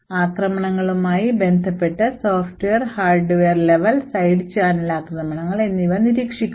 ആക്രമണങ്ങളുമായി ബന്ധപ്പെട്ട് software hardware level side channel ആക്രമണങ്ങൾ എന്നിവ നിരീക്ഷിക്കുന്നു